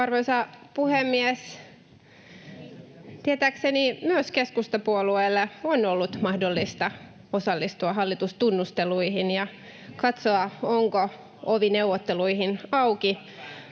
Arvoisa puhemies! Tietääkseni myös keskustapuolueelle on ollut mahdollista osallistua hallitustunnusteluihin ja katsoa, onko ovi neuvotteluihin auki.